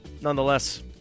nonetheless